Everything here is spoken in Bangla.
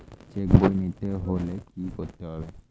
চেক বই নিতে হলে কি করতে হবে?